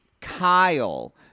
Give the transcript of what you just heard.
Kyle—